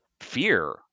fear